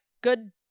good